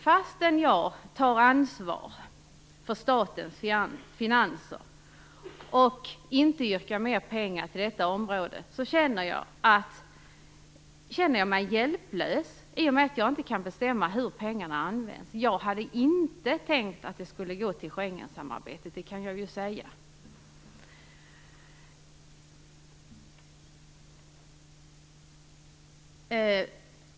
Fastän jag tar ansvar för statens finanser och inte yrkar mer pengar till detta område, känner jag mig hjälplös i och med att jag inte kan bestämma hur pengarna skall användas. Jag hade inte tänkt att de skulle gå till Schengensamarbetet, kan jag säga.